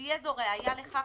תהיה זו ראיה לכך